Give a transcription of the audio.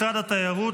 משרד התיירות,